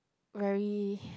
very